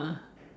ah